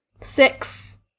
Six